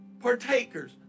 Partakers